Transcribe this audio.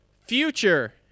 future